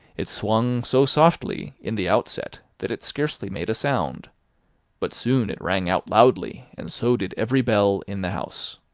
it swung so softly in the outset that it scarcely made a sound but soon it rang out loudly, and so did every bell in the house.